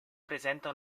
presenta